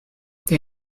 they